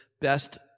best